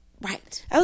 Right